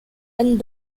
and